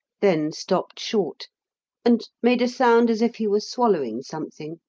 then stopped short and made a sound as if he were swallowing something,